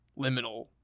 liminal